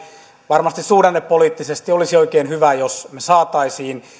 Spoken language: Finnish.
varmasti suhdannepoliittisesti olisi oikein hyvä jos me saisimme